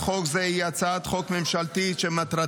הצעת חוק זו היא הצעת חוק ממשלתית שמטרתה